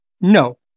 no